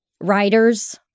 writers